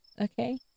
Okay